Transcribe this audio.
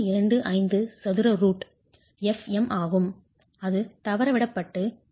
125 சதுர root fm ஆகும் அது தவறவிடப்பட்டு 0